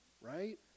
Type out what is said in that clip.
right